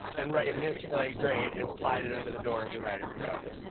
and write this played great and slide it under the door of the writer who wrote it.